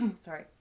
sorry